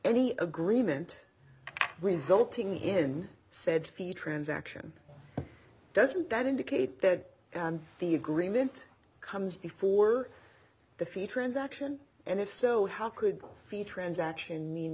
any agreement resulting in said fee transaction doesn't that indicate that the agreement comes before the fee transaction and if so how could the transaction mean